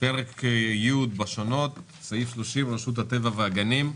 פרק י' (שונות), סעיף 30 (רשות הטבע והגנים).